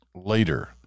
later